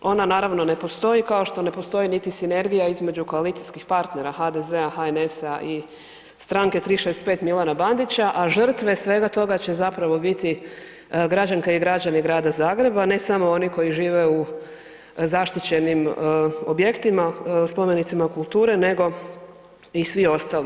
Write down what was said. Ona naravno ne postoji kao što ne postoji sinergija između koalicijskih partnera HDZ-a, HNS-a i Stranke 365 Milana Bandića, a žrtve svega toga će zapravo biti građanke i građani Grada Zagreba, ne samo oni koji žive u zaštićenim objektima, spomenicima kulture, nego i svi ostali.